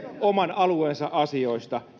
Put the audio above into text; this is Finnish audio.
oman alueensa asioista